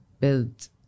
build